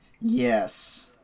yes